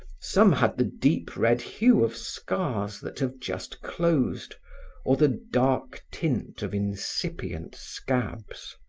some had the deep red hue of scars that have just closed or the dark tint of incipient scabs.